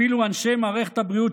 אפילו אנשי מערכת הבריאות,